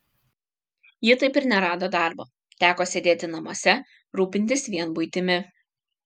ji taip ir nerado darbo teko sėdėti namuose rūpintis vien buitimi